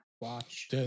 watch